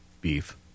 beef